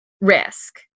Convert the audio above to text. risk